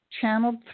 channeled